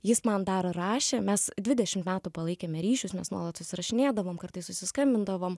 jis man dar rašė mes dvidešim metų palaikėme ryšius nes nuolat susirašinėdavom kartais susiskambindavom